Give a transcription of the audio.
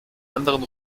anderen